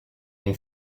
mon